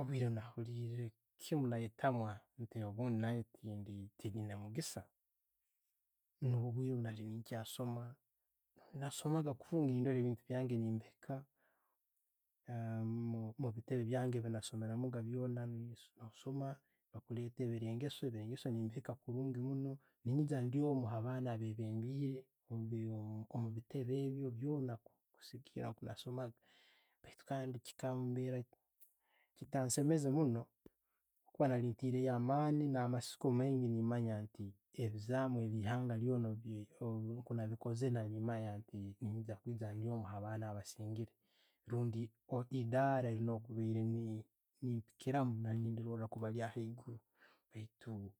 Obwiire bwenahulirekiimu na'yetamwa nti obundi nangye tindiina omugiisa, nubwo obwiire bwenaali ne'nkya sooma. Nasomaga kurungi nendoora ebintu byange ne'mbihiika omubiteebe byange byenasomeragamu byoona. Nasooma, nebakuleetera ebyengeso, ebyengeso nembihiika kurungi munno, nenyiigya ndyomu ha abaana benebeibembeire omubiteebe ebyo byoona kusigikiira nka nasomaga, kandi chi kambera, chitansemeze munno kuuba nkaba neteilo amaani na'masuuko maingi, ne'manya ebizaamu ebye'hanga lyoona nka nabikoozere nenyija kwija mbe hali omu habaana abasingire orbundi ne ddara lyenkubaire nempiikiramu, nandiroora kuba lyaiguru. Beitu